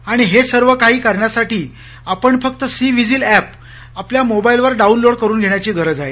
आणि हे सर्व काही करण्यासाठी आपण फक्त सी व्हिझील अँप आपल्या मोबाईलवर डाउनलोड करून घेण्याची गरज आहे